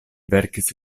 verkis